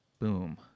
boom